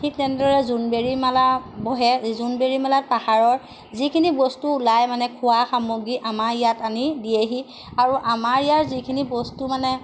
ঠিক তেনেদৰে জোনবেৰী মেলা বহে জোনবেৰী মেলাত পাহাৰৰ যিখিনি বস্তু ওলাই মানে খোৱা সামগ্ৰী আমাৰ ইয়াত আনি দিয়েহি আৰু আমাৰ ইয়াৰ যিখিনি বস্তু মানে